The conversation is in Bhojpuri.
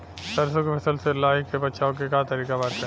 सरसो के फसल से लाही से बचाव के का तरीका बाटे?